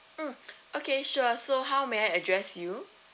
mm okay sure so how may I address you